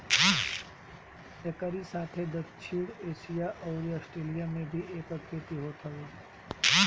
एकरी साथे दक्षिण एशिया अउरी आस्ट्रेलिया में भी एकर खेती होत हवे